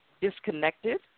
disconnected